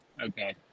Okay